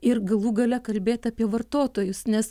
ir galų gale kalbėt apie vartotojus nes